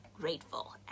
grateful